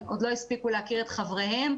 עוד לא הספיקו להכיר את חבריהם,